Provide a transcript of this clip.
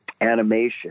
animation